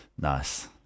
Nice